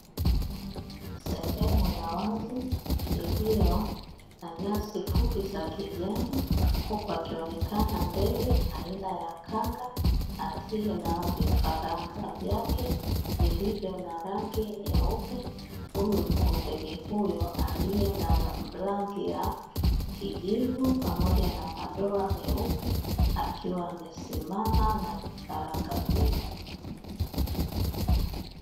Sehemu ya wazi iliyo na nyasi fupi za kijani, huku wakionekana ndege aina ya kanga akiwa na vifaranga vyake vilivyo na rangi nyeupe, huku ndege huyo aliye na rangi ya kijivu pamoja na madoa meupe akiwa amesimama na vifaranga vingi.